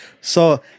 So-